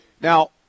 now